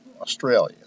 Australia